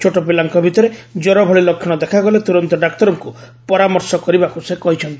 ଛୋଟ ପିଲାଙ୍କ ଭିତରେ କ୍ୱର ଭଳି ଲକ୍ଷଣ ଦେଖାଗଲା ତ୍ରରନ୍ତ ଡାକ୍ତରଙ୍କୁ ପରାମର୍ଶ କରିବାକୁ ସେ କହିଚ୍ଚନ୍ତି